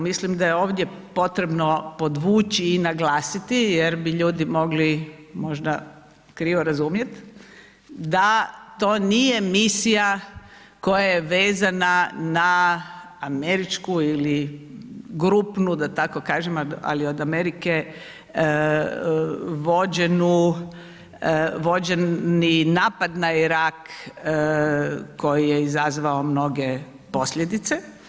Mislim da je ovdje potrebno podvući i naglasiti jer bi ljudi mogli možda krivo razumjeti, da to nije misija koja je vezana na američku ili grupnu, da tako kažem, ali od Amerike, vođeni napad na Irak koji je izazvao mnoge posljedice.